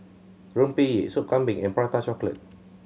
rempeyek Sop Kambing and Prata Chocolate